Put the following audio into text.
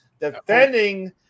defending